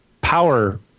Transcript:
power